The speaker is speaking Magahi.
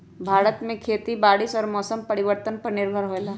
भारत में खेती बारिश और मौसम परिवर्तन पर निर्भर होयला